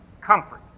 comfort